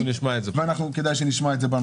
כדאי שנשמע את זה.